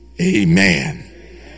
amen